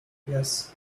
yes